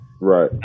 Right